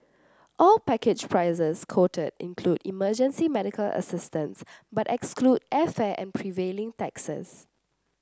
all package prices quoted include emergency medical assistance but exclude airfare and prevailing taxes